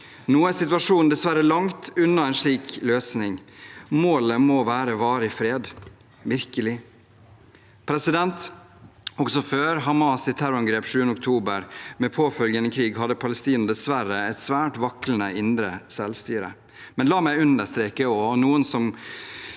Nå er situasjonen dessverre langt unna en slik løsning, og målet må være varig fred – virkelig. Også før Hamas’ terrorangrep den 7. oktober, med påfølgende krig, hadde Palestina dessverre et svært vaklende indre selvstyre. La meg likevel understreke, når noen